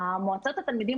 מועצות התלמידים,